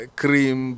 cream